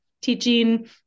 teaching